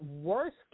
worst